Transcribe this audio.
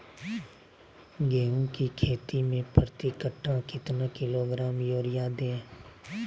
गेंहू की खेती में प्रति कट्ठा कितना किलोग्राम युरिया दे?